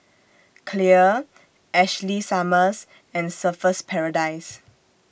Clear Ashley Summers and Surfer's Paradise